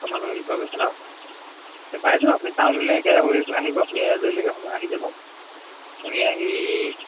কৈছে ন' পাই যাব আপুনি টাউন লৈকে আহিব লৈকে সোমাই আহি যাব আপুনি আহি